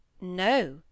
No